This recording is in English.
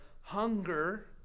hunger